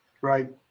right